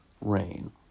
rain